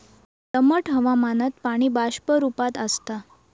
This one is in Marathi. दमट हवामानात पाणी बाष्प रूपात आसता